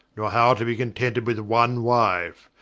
nor how to be contented with one wife,